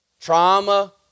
Trauma